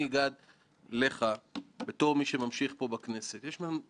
ההסדרים הפיננסיים ותהיה רשאית על פי החוק לקבל חומרים סודיים.